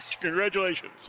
congratulations